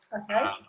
Okay